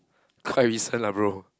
quite recent lah bro